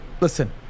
Listen